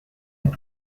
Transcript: est